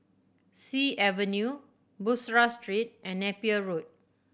Sea Avenue Bussorah Street and Napier Road